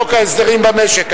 חוק ההסדרים במשק,